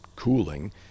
cooling